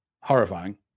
horrifying